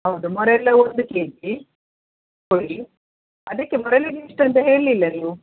ಹೌದು ಮೂರೆಲೊ ಒಂದು ಕೆ ಜಿ ಕೊಡಿ ಅದಕ್ಕೆ ಮೂರೆಲ್ಗೆ ಎಷ್ಟು ಅಂತ ಹೇಳಲಿಲ್ಲ ನೀವು